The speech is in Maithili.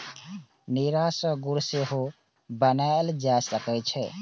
नीरा सं गुड़ सेहो बनाएल जा सकै छै